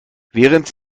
während